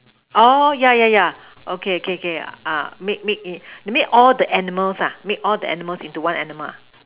orh yeah yeah yeah okay okay okay ah make make all the animals ah make all the animals into one animal